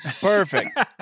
Perfect